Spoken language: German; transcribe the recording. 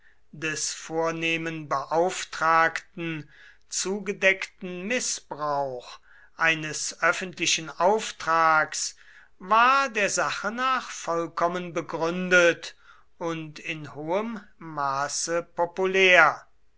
des vornehmen beauftragten zugedeckten mißbrauch eines öffentlichen auftrags war der sache nach vollkommen begründet und in hohem maße populär